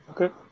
Okay